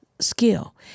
skill